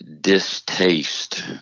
distaste